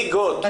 ליגות.